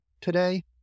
today